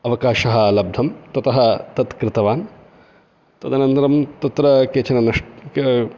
अवकाशः लब्धं ततः तत् कृतवान् तदनन्तरं तत्र केचन नष्